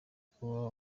kuba